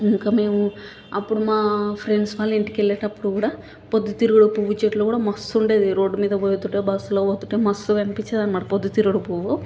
ఇంకా మేము అప్పుడు మా ఫ్రెండ్స్ వాళ్ళ ఇంటికెళ్ళేటపుడు కూడా పొద్దుతిరుగుడుపువ్వు చెట్లు కూడా మస్తుండేది రోడ్డు మీద పోతుంటే బస్లో పో తుంటే మస్తుగా అనిపిచ్చేదన్నమాట పొద్దుతిరుగుడుపువ్వు